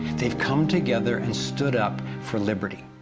they've come together and stood up for liberty.